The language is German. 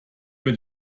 mit